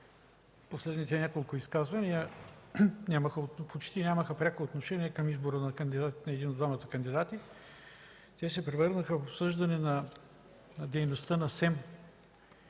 Последните няколко изказвания почти нямаха пряко отношение към избора на един от двамата кандидати. Те се превърнаха в обсъждане на дейността на СЕМ